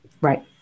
Right